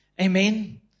Amen